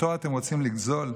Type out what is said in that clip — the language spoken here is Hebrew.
אותו אתם רוצים לגזול?